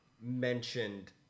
mentioned